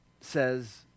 says